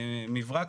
מברק,